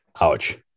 ouch